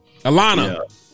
Alana